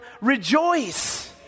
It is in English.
rejoice